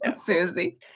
Susie